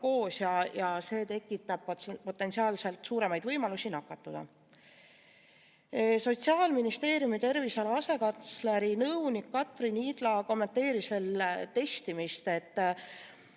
koos ja see tekitab potentsiaalselt suuremaid võimalusi nakatuda. Sotsiaalministeeriumi terviseala asekantsleri nõunik Katrin Idla kommenteeris veel testimist. Ta